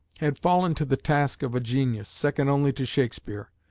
had fallen to the task of a genius, second only to shakespeare.